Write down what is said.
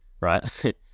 right